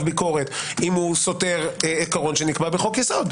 ביקורת אם הוא סותר עיקרון שנקבע בחוק-יסוד.